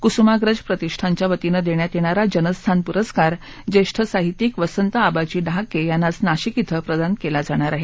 कुसुमाग्रज प्रतिष्ठानच्या वतीनं देण्यात येणारा जनस्थान पुरस्कार ज्येष्ठ साहित्यिक वसंत आबाजी डहाके यांना आज नाशिक धिं प्रदान केला जाणार आहे